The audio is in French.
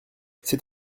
c’est